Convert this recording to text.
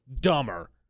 dumber